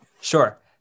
sure